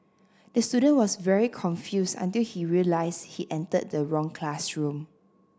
the student was very confused until he realised he entered the wrong classroom